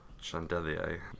Chandelier